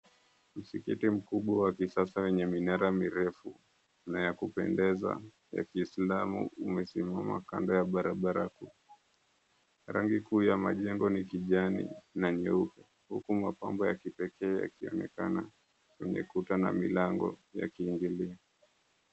Msikiti mkubwa wa kisasa wenye minara mirefu na ya kupendeza ya Kiislamu umesimama kando ya barabara kuu. Rangi kuu ya majengo ni kijani na nyeupe, huku mapambo ya kipekee yakionekana kwenye kuta na milango ya kiingilio.